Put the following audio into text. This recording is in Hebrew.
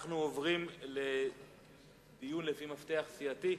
אנחנו עוברים לדיון לפי מפתח סיעתי.